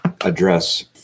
address